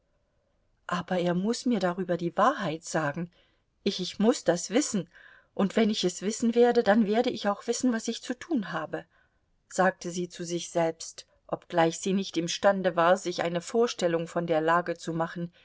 aber er muß mir darüber die wahrheit sagen ich muß das wissen und wenn ich es wissen werde dann werde ich auch wissen was ich zu tun habe sagte sie zu sich selbst obgleich sie nicht imstande war sich eine vorstellung von der lage zu machen